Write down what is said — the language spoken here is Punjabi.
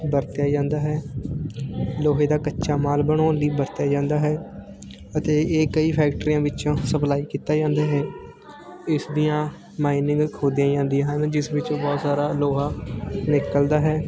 ਵਰਤਿਆ ਜਾਂਦਾ ਹੈ ਲੋਹੇ ਦਾ ਕੱਚਾ ਮਾਲ ਬਣਾਉਣ ਲਈ ਵਰਤਿਆ ਜਾਂਦਾ ਹੈ ਅਤੇ ਇਹ ਕਈ ਫੈਕਟਰੀਆਂ ਵਿੱਚੋਂ ਸਪਲਾਈ ਕੀਤਾ ਜਾਂਦਾ ਹੈ ਇਸ ਦੀਆਂ ਮਾਈਨਿੰਗ ਖੋਦੀਆਂ ਜਾਂਦੀਆਂ ਹਨ ਜਿਸ ਵਿੱਚ ਬਹੁਤ ਸਾਰਾ ਲੋਹਾ ਨਿਕਲਦਾ ਹੈ